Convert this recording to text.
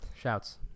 Shouts